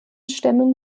stämmen